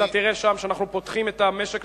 ואתה תראה שם שאנחנו פותחים את המשק